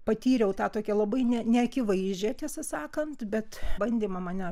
patyriau tą tokią labai ne neakivaizdžią tiesą sakant bet bandymą mane